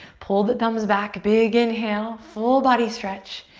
pull the thumbs back, big inhale, full body stretch.